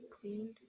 cleaned